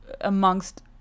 amongst